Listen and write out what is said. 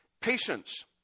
Patience